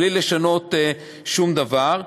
בלי לשנות שום דבר,